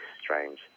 strange